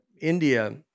India